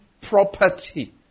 property